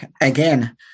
again